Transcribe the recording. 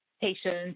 patients